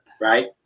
Right